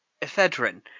ephedrine